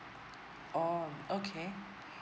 orh okay